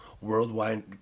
worldwide